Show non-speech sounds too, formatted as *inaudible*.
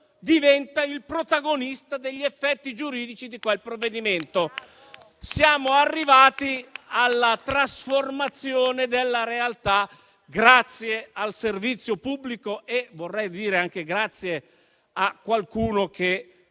diventi il protagonista degli effetti giuridici. *applause* Siamo arrivati alla trasformazione della realtà grazie al servizio pubblico e, vorrei dire, anche grazie a qualcuno che